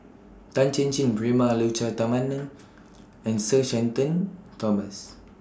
Tan Chin Chin Prema Letchumanan and Sir Shenton Thomas